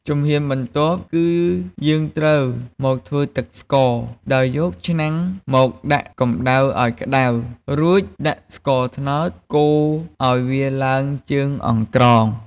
ជំហានបន្ទាប់ គឺយើងត្រូវមកធ្វើទឹកស្ករ ដោយយកឆ្នាំងមកដាក់កម្ដៅឱ្យក្ដៅ រួចដាក់ស្ករត្នោតកូរឱ្យវាឡើងជើងអង្ក្រង។